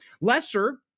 Lesser